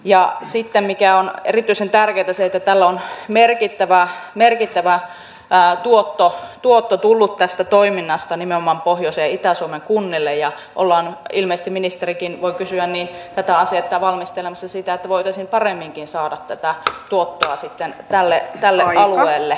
ja sitten mikä on erityisen tärkeätä on se että tästä toiminnasta on merkittävä tuotto tullut nimenomaan pohjoisen ja itä suomen kunnille ja ollaan ilmeisesti ministeri voin kysyä tätä asiaa valmistelemassa että voitaisiin paremminkin saada tätä tuottoa tälle alueelle